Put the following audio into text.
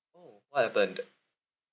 oh what happened